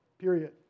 period